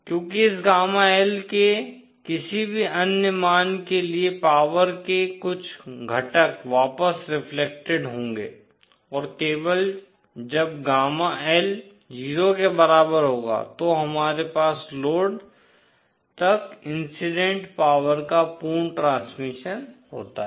क्योंकि इस गामा L के किसी भी अन्य मान के लिए पावर के कुछ घटक वापस रेफ्लेक्टेड होंगे और केवल जब गामा L 0 के बराबर होगा तो हमारे पास लोड तक इंसिडेंट पावर का पूर्ण ट्रांसमिशन होता है